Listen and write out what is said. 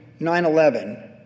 9-11